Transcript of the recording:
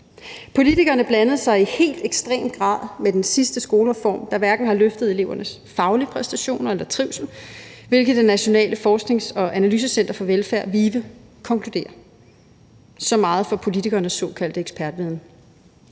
Politikerne blandede sig i helt ekstrem grad med den sidste skolereform, der hverken har løftet elevernes faglige præstationer eller trivsel, hvilket Det Nationale Forsknings- og Analysecenter for Velfærd, VIVE, konkluderer. Så meget for politikernes såkaldte ekspertviden.